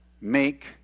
Make